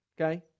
okay